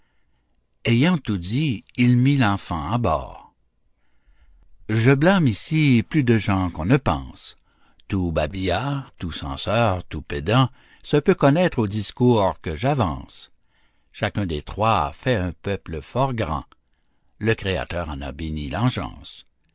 ayant tout dit il mit l'enfant à bord je blâme ici plus de gens qu'on ne pense tout babillard tout censeur tout pédant se peut connaître au discours que j'avance chacun des trois fait un peuple fort grand le créateur en a béni l'engeance